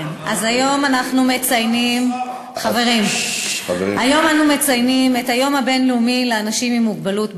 היום אנחנו מציינים בכנסת את היום הבין-לאומי לאנשים עם מוגבלות.